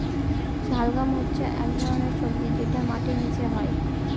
শালগাম হচ্ছে এক ধরনের সবজি যেটা মাটির নীচে হয়